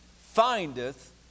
findeth